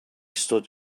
stood